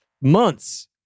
months